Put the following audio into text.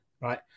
right